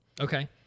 Okay